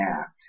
act